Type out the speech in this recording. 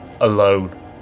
alone